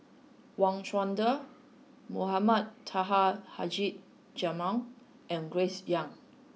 Wang Chunde Mohamed Taha Haji Jamil and Grace Young